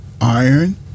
Iron